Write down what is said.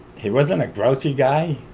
he wasn't a grouchy guy,